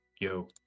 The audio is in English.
yo